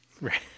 Right